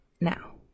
Now